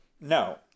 No